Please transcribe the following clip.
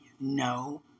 No